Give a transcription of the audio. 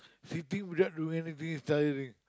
sitting without doing anything is tiring